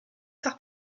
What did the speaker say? par